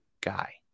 guy